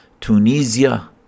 Tunisia